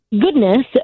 goodness